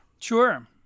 Sure